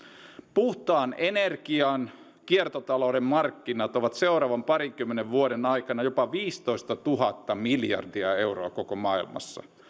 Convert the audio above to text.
puhtaan energian ja kiertotalouden markkinat ovat seuraavan parinkymmenen vuoden aikana jopa viisitoistatuhatta miljardia euroa koko maailmassa